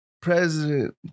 president